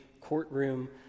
courtroom